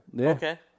Okay